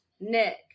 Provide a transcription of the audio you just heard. Nick